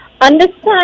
understand